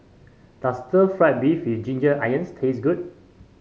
does stir fry beef with Ginger Onions taste good